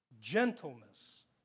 gentleness